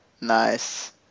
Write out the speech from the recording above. Nice